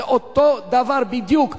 זה אותו הדבר בדיוק.